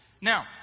Now